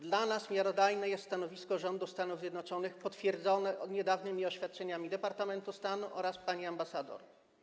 Dla nas miarodajne jest stanowisko rządu Stanów Zjednoczonych potwierdzone niedawnymi oświadczeniami Departamentu Stanu oraz pani ambasador.